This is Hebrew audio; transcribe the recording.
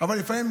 אבל לפעמים,